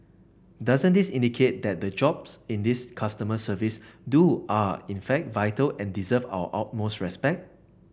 doesn't this indicate that the jobs in these customer service do are in fact vital and deserve our utmost respect